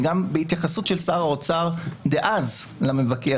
וגם התייחסות של שר האוצר אז למבקר,